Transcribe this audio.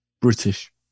British